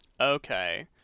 Okay